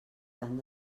tant